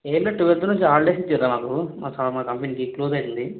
ఏం లేదు ట్వెల్త్ నుంచి హాలిడేస్ ఇచ్చార్రా మాకు మాకు మా కంపెనీకి క్లోజ్ అవుతుంది